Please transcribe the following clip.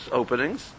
openings